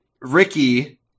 Ricky